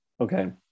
Okay